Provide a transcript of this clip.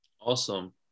Awesome